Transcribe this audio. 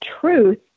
truth